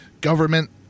government